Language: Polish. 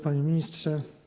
Panie Ministrze!